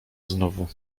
znowu